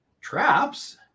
traps